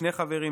שני חברים,